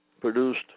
produced